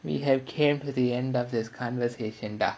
we have came to the end of this conversation dah